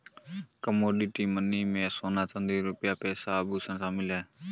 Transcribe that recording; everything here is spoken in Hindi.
कमोडिटी मनी में सोना चांदी रुपया पैसा आभुषण शामिल है